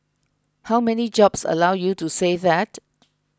how many jobs allow you to say that